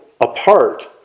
apart